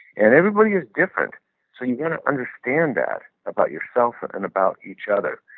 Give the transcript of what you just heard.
and everybody is different so you got to understand that about yourself and about each other.